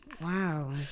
Wow